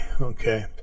okay